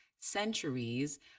centuries